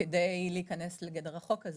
כדי להיכנס לגדר החוק הזה.